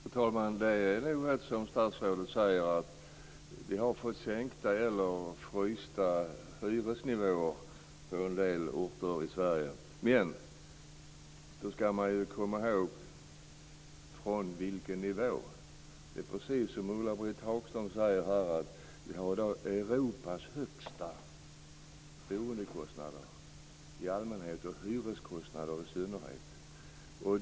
Fru talman! Det är rätt som statsrådet säger, att hyresnivåerna har frysts på en del orter i Sverige. Men: Från vilken nivå? Det är precis som Ulla-Britt Hagström säger, att vi i dag har Europas högsta boendekostnader i allmänhet och hyreskostnader i synnerhet.